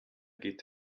geht